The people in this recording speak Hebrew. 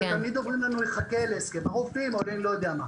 תמיד אומרים לנו שזה יחכה להסכם הרופאים או אני לא יודע מה.